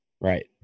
Right